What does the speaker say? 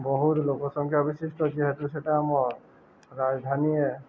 ବହୁତ ଲୋକ ସଂଖ୍ୟା ବିଶିଷ୍ଟ ଯେହେତୁ ସେଟା ଆମ ରାଜଧାନୀ